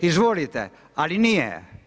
Izvolite ali nije.